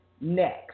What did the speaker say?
next